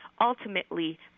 ultimately